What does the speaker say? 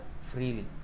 freely